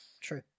true